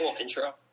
intro